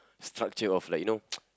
structure of like you know